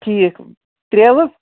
ٹھیٖک تریلہٕ